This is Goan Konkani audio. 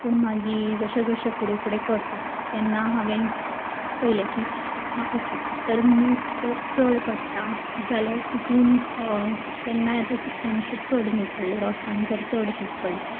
पूण मागीर जशें जशें फुडें फुडें करता तेन्ना हांवें पयलें की हा ओके तर मीठ जर चड पडटा जाल्यार तितून केन्ना केन्ना जाता अशें चुकून जर चड मीठ पडलें रोसान जर चड मीठ पडलें